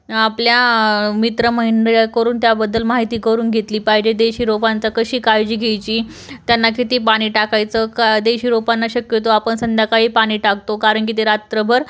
आपल्या मित्रमंडळ करून त्याबद्दल माहिती करून घेतली पाहिजे देशी रोपांचा कशी काळजी घ्यायची त्यांना किती पाणी टाकायचं देशी रोपांना शक्यतो आपण संध्याकाळी पाणी टाकतो कारण की ते रात्रभर